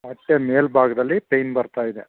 ಹೊಟ್ಟೆ ಮೇಲ್ಬಾಗದಲ್ಲಿ ಪೇಯ್ನ್ ಬರ್ತಾ ಇದೆ